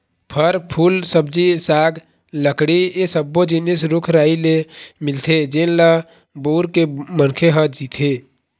फर, फूल, सब्जी साग, लकड़ी ए सब्बो जिनिस रूख राई ले मिलथे जेन ल बउर के मनखे ह जीथे